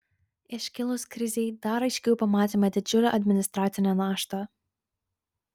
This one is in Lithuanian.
iškilus krizei dar aiškiau pamatėme didžiulę administracinę naštą